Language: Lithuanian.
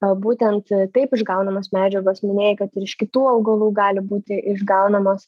gal būtent taip išgaunamos medžiagos minėjai kad ir iš kitų augalų gali būti išgaunamos